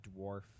Dwarf